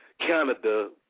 Canada